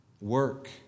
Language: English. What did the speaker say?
work